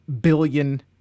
billion